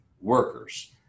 workers